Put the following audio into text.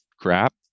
crap